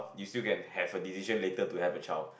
you still can have a decision later to have a child